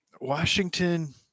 Washington